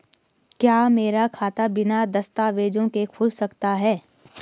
क्या मेरा खाता बिना दस्तावेज़ों के खुल सकता है?